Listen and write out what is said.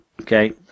okay